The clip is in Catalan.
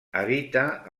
habita